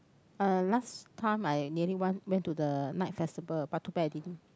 uh last time I nearly want went to the night festival but too bad I didn't